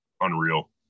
Unreal